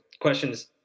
questions